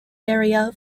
area